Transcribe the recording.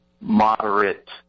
moderate